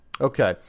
Okay